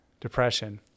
depression